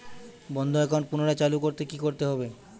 বন্ধ একাউন্ট পুনরায় চালু করতে কি করতে হবে?